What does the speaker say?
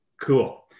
Cool